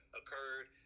occurred